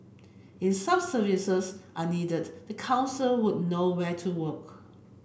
if sub services are needed the council would know where to work